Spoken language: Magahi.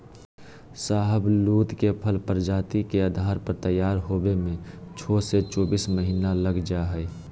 शाहबलूत के फल प्रजाति के आधार पर तैयार होवे में छो से चोबीस महीना लग जा हई